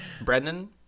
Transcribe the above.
Brendan